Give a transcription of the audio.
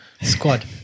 Squad